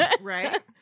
Right